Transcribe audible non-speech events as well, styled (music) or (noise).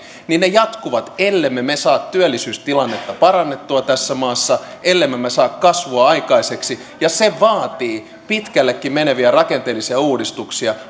jatkuvat ellemme me saa työllisyystilannetta parannettua tässä maassa ellemme me saa kasvua aikaiseksi ja se vaatii pitkällekin meneviä rakenteellisia uudistuksia (unintelligible)